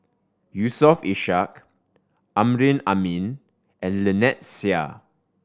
Yusof Ishak Amrin Amin and Lynnette Seah